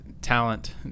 talent